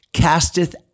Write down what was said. casteth